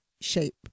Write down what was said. shape